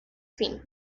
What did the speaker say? fin